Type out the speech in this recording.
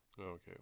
Okay